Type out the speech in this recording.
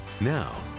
Now